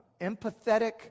empathetic